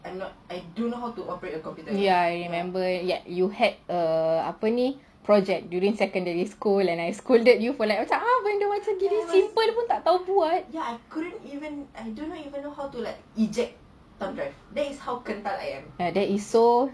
ya I remember ya you had a apa ni project during secondary school I scolded you for like macam !huh! benda macam gini simple pun tak boleh buat ya that is so